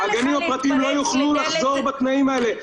הגנים הפרטיים לא יוכלו לחזור בתנאים האלה,